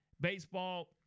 baseball